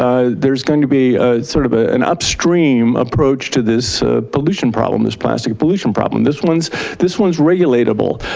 ah there's going to be sort of ah an upstream approach to this pollution problem, this plastic pollution problem. this one's this one's regulable.